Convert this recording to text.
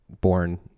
born